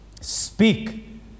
Speak